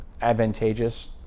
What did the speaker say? advantageous